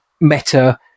meta-